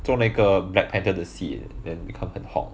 做那个 black panther 的戏 then become 很 hot